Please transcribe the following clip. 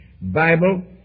Bible